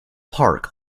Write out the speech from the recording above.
park